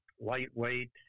lightweight